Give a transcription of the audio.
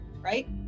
right